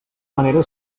manera